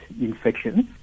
infections